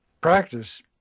practice